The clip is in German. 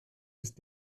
ist